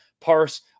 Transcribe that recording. Parse